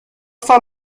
سال